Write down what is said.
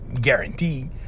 guarantee